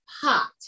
pot